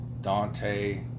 Dante